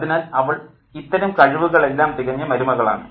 അതിനാൽ അവൾ ഇത്തരം കഴിവുകൾ എല്ലാം തികഞ്ഞ മരുമകളാണ്